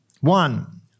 One